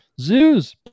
Zoos